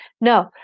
No